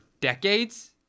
decades